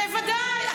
בוודאי.